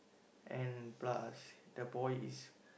and plus the boy is